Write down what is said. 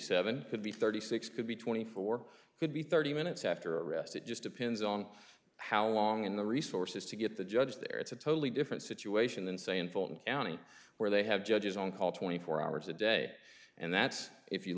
could be thirty six could be twenty four could be thirty minutes after arrest it just depends on how long and the resources to get the judge there it's a totally different situation than say in fulton county where they have judges on call twenty four hours a day and that's if you